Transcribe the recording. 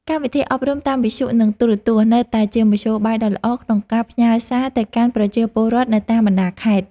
កម្មវិធីអប់រំតាមវិទ្យុនិងទូរទស្សន៍នៅតែជាមធ្យោបាយដ៏ល្អក្នុងការផ្ញើសារទៅកាន់ប្រជាពលរដ្ឋនៅតាមបណ្តាខេត្ត។